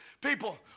people